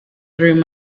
through